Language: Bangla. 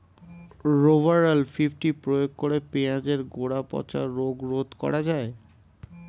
রোভরাল ফিফটি প্রয়োগ করে পেঁয়াজের গোড়া পচা রোগ রোধ করা যায়?